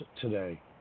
today